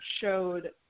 showed